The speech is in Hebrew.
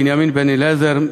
בנימין בן-אליעזר,